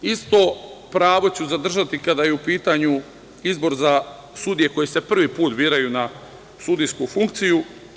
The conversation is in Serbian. Isto pravo ću zadržati kada je u pitanju izbor za sudije koji se prvi put biraju na sudijsku funkciju.